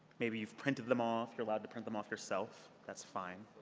maybe you've printed them off. you're allowed to print them off yourself. that's fine.